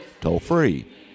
toll-free